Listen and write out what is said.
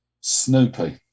Snoopy